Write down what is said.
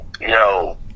Yo